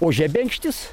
o žebenkštis